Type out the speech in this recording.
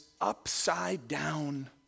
upside-down